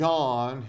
John